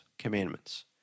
commandments